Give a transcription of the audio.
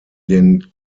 den